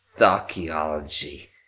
archaeology